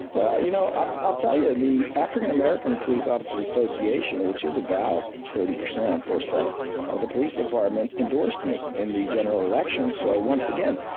well, you know, i'll tell you, the african american police officers association, which is about thirty percent or so of the police department, endorsed me in the general election. so once again,